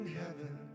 heaven